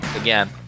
Again